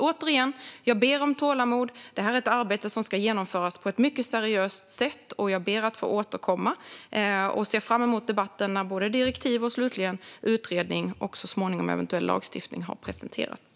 Återigen ber jag om tålamod. Det här är ett arbete som ska genomföras på ett mycket seriöst sätt. Jag ber att få återkomma och ser fram emot debatt när direktiv, utredning och så småningom eventuell lagstiftning presenteras.